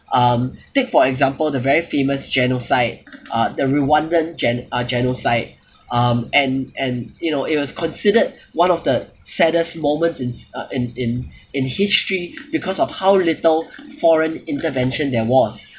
um take for example the very famous genocide uh the rwandan gen~ uh genocide um and and you know it was considered one of the saddest moments in uh in in in history because of how little foreign intervention there was